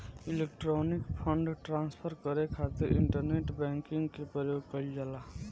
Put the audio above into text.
electronic fund transfer करे खातिर internet banking के प्रयोग कईल जाला